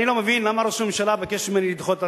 אני לא מבין למה ראש הממשלה ביקש ממני לדחות את